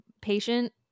patient